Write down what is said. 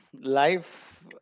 life